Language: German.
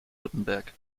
württemberg